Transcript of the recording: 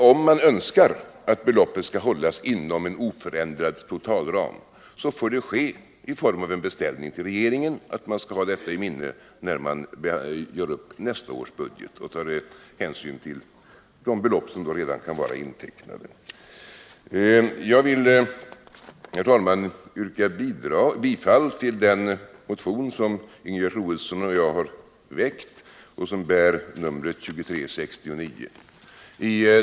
Om man önskar att beloppet skall hållas inom en oförändrad totalram, så får det ske i form av en beställning till regeringen att ha detta i minnet när man gör upp nästa års budget och tar hänsyn till de belopp som då redan kan vara intecknade. Jag vill, herr talman, yrka bifall till den motion som Ingegerd Troedsson och jag har väckt och som bär numret 2369.